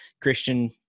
Christian